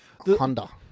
Honda